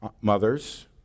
mothers